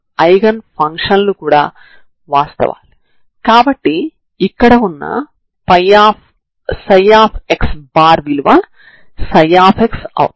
u2 00 విలువ 0 కాబట్టి దీని సమాకలనం 0 అవుతుంది